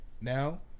Now